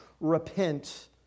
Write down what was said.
repent